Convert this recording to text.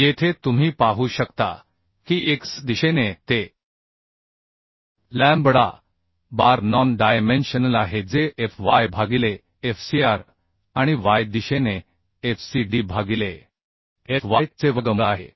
येथे तुम्ही पाहू शकता की x दिशेने ते लॅम्बडा बार नॉन डायमेन्शनल आहे जे F y भागिले Fcr आणि y दिशेने F C D भागिले F y चे वर्गमूळ आहे